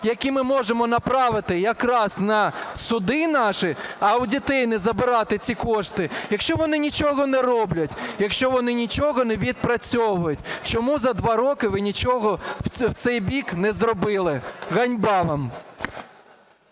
які ми можемо направити якраз на суди наші, а у дітей не забирати ці кошти, якщо вони нічого не роблять, якщо вони нічого не відпрацьовують? Чому за два роки ви нічого в цей бік не зробили? Ганьба вам!